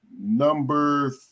Number